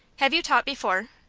have you taught before?